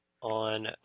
on